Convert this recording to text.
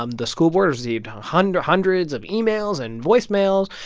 um the school board received hundreds hundreds of emails and voicemails,